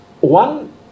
one